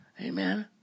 Amen